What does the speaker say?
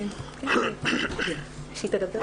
מנכ"לית איגוד מרכזי הסיוע לנפגעות ולנפגעי תקיפה